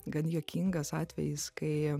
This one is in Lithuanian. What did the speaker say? gan juokingas atvejis kai